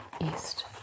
East